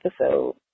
episode